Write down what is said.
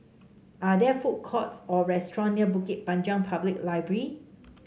are there food courts or restaurants near Bukit Panjang Public Library